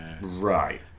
Right